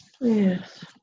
Yes